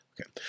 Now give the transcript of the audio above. Okay